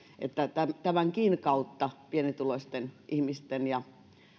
että tämänkin kautta pienituloisten ihmisten ja